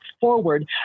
forward